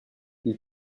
ils